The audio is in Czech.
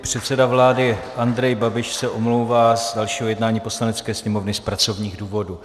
Předseda vlády Andrej Babiš se omlouvá z dalšího jednání Poslanecké sněmovny z pracovních důvodů.